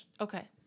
Okay